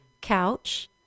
couch